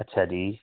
ਅੱਛਾ ਜੀ